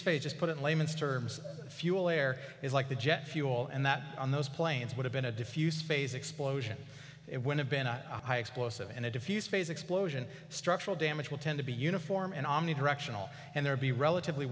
fade just put in layman's terms fuel air is like the jet fuel and that on those planes would have been a diffuse phase explosion it would have been a high explosive and a diffuse phase explosion structural damage will tend to be uniform and omnidirectional and there be relatively